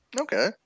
okay